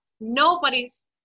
nobody's